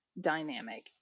dynamic